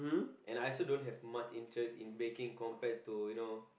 and I also don't have much interest in baking compared to you know